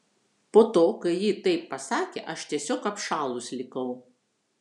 po to kai ji taip pasakė aš tiesiog apšalus likau